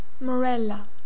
Morella